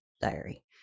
Diary